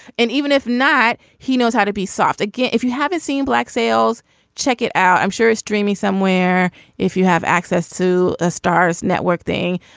and even if not he knows how to be soft again. if you haven't seen black sails check it out. i'm sure it's dreamy somewhere if you have access to ah starz network thing.